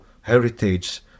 heritage